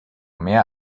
mehr